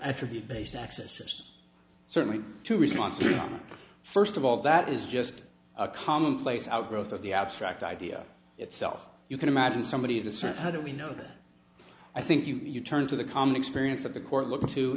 attribute based access certainly to response you first of all that is just a commonplace outgrowth of the abstract idea itself you can imagine somebody to send how do we know that i think you turn to the common experience that the court look to